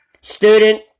student